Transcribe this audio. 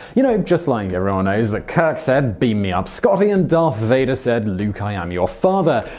you know, just like everyone knows that kirk said beam me up scotty and darth vader said, luke, i am your father.